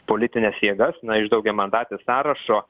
politines jėgas iš daugiamandatės sąrašo